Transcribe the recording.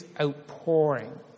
Outpouring